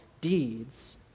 deeds